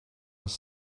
was